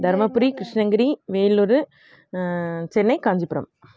Dharmapuri Krishnagiri Vellore Chennai Kanchipuram